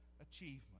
achievement